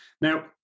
now